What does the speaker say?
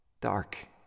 Dark